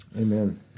Amen